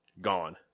Gone